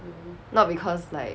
not because like